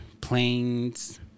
planes